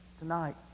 Tonight